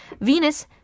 Venus